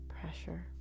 pressure